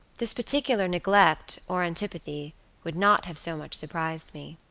this particular neglect or antipathy would not have so much surprised me.